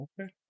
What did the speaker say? okay